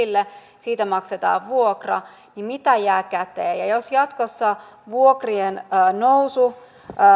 tulee tilille siitä maksetaan vuokra niin mitä jää käteen ja jos jatkossa vuokrien nousu